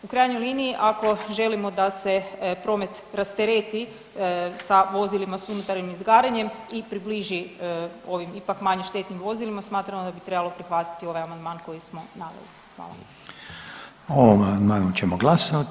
U krajnjoj liniji ako želimo da se promet rastereti sa vozilima s unutarnjim izgaranjem i približi ovim ipak manje štetnim vozilima smatramo da bi trebalo prihvatiti ovaj amandman koji smo naveli, hvala.